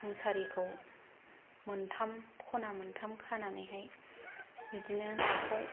मुसारिखौ मोनथाम खना मोनथा खानानैहाय बिदिनो नाखौ